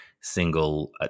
single